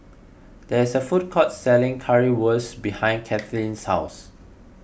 there is a food court selling Currywurst behind Kathleen's house